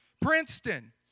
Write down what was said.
Princeton